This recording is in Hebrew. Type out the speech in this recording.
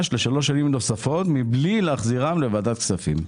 לשלוש שנים נוספות מבלי להחזירם לוועדת כספים.